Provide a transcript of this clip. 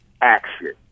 action